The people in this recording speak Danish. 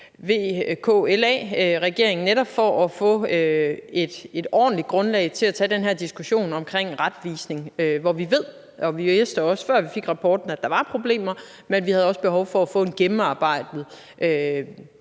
VKLA-regeringen, netop for at få et ordentligt grundlag til at tage den her diskussion omkring retvisning, hvor vi ved – og vi vidste det også, før vi fik rapporten – at der var problemer, men vi havde også behov for at få en gennemarbejdet